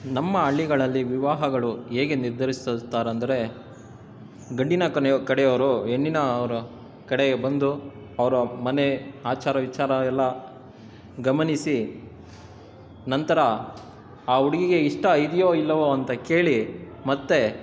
ನಮ್ಮ ಹಳ್ಳಿಗಳಲ್ಲಿ ವಿವಾಹಗಳು ಹೇಗೆ ನಿರ್ಧರಿಸುತ್ತಾರಂದರೆ ಗಂಡಿನ ಕಡೆಯ ಕಡೆಯವರು ಹೆಣ್ಣಿನಾವ್ರ ಕಡೆ ಬಂದು ಅವರ ಮನೆ ಆಚಾರ ವಿಚಾರ ಎಲ್ಲ ಗಮನಿಸಿ ನಂತರ ಆ ಹುಡ್ಗಿಗೆ ಇಷ್ಟ ಇದೆಯೋ ಇಲ್ಲವೋ ಅಂತ ಕೇಳಿ ಮತ್ತು